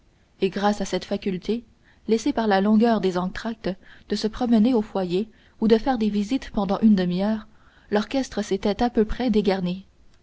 et grâce à cette faculté laissée par la longueur des entractes de se promener au foyer ou de faire des visites pendant une demi-heure l'orchestre s'était à peu près dégarni